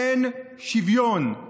אין שוויון,